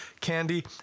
candy